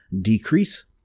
decrease